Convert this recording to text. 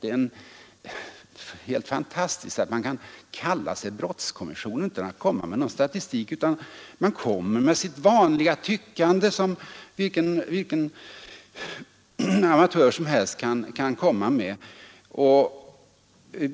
Det är helt fantastiskt att man kan kalla sig brottskommission och föreslå vittgående, dyrbara åtgärder och inte komma med någon brottsstatistik! Man kommer bara med sitt vanliga tyckande som vilken amatör som helst.